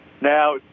Now